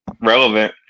relevant